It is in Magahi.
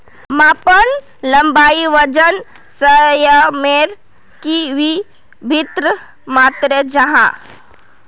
मापन लंबाई वजन सयमेर की वि भिन्न मात्र जाहा?